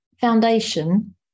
foundation